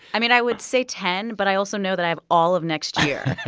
i mean, i would say ten, but i also know that i have all of next year